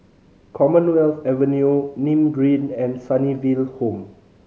Commonwealth Avenue Nim Green and Sunnyville Home